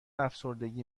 افسردگی